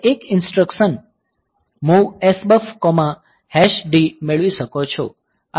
તમે એક instruction MOV SBUFD મેળવી શકો છો